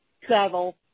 travel